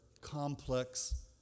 complex